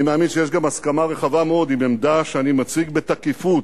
אני מאמין שיש גם הסכמה רחבה מאוד עם עמדה שאני מציג בתקיפות,